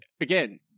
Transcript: Again